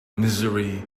misery